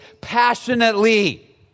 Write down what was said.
passionately